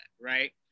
right